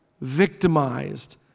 victimized